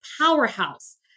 powerhouse